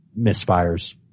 misfires